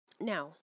Now